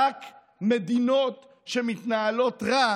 רק מדינות שמתנהלות רע